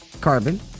carbon